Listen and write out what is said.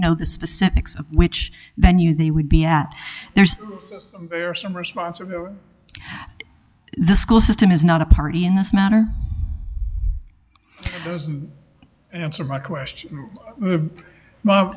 know the specifics of which venue they would be at there's some responsibility the school system is not a party in this matter doesn't answer my question